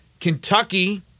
Kentucky –